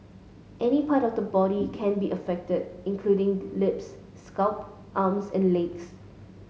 any part of the body can be affected including lips scalp arms and legs